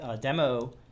demo